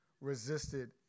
resisted